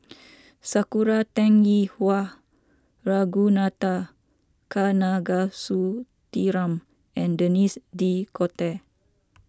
Sakura Teng Ying Hua Ragunathar Kanagasuntheram and Denis D'Cotta